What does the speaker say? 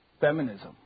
feminism